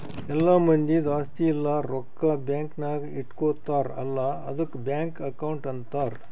ಎಲ್ಲಾ ಮಂದಿದ್ ಆಸ್ತಿ ಇಲ್ಲ ರೊಕ್ಕಾ ಬ್ಯಾಂಕ್ ನಾಗ್ ಇಟ್ಗೋತಾರ್ ಅಲ್ಲಾ ಆದುಕ್ ಬ್ಯಾಂಕ್ ಅಕೌಂಟ್ ಅಂತಾರ್